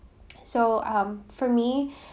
so um for me